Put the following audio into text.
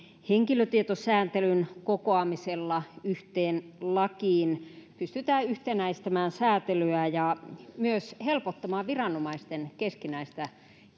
henkilötietosääntelyn kokoamisella yhteen lakiin pystytään yhtenäistämään säätelyä ja myös helpottamaan viranomaisten keskinäistä